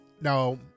Now